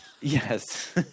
yes